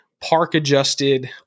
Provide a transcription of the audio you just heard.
park-adjusted